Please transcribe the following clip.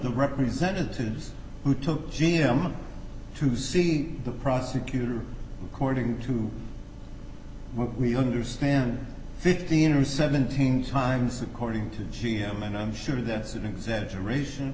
the representatives who took g m to see the prosecutor according to what we understand fifteen or seventeen times according to g m and i'm sure that's an exaggeration